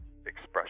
expression